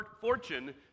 fortune